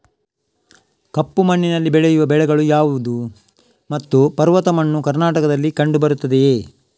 ಕಪ್ಪು ಮಣ್ಣಿನಲ್ಲಿ ಬೆಳೆಯುವ ಬೆಳೆಗಳು ಯಾವುದು ಮತ್ತು ಪರ್ವತ ಮಣ್ಣು ಕರ್ನಾಟಕದಲ್ಲಿ ಕಂಡುಬರುತ್ತದೆಯೇ?